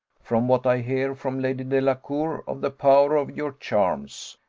from what i hear from lady delacour of the power of your charms,